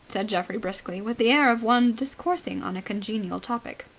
said geoffrey briskly, with the air of one discoursing on a congenial topic.